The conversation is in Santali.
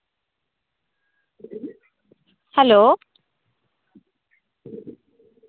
ᱦᱮᱞᱳ